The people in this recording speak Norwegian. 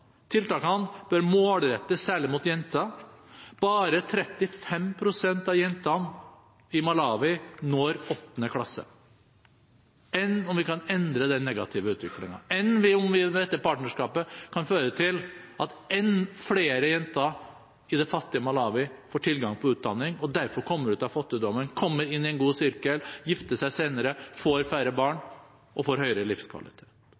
Tiltakene bør målrettes særlig mot jenter – bare 35 pst. av jentene i Malawi når åttende klasse. Enn om vi kan endre den negative utviklingen? Enn om dette partnerskapet kan føre til at flere jenter i det fattige Malawi får tilgang på utdanning og derfor kan komme ut av fattigdommen, komme inn i en god sirkel, gifte seg senere, få færre barn og få høyere livskvalitet?